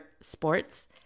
sports